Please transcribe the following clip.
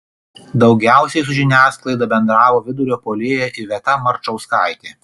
daugiausiai su žiniasklaida bendravo vidurio puolėja iveta marčauskaitė